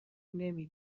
نمی